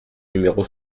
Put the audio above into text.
numéro